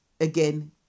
again